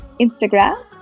Instagram